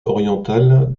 orientale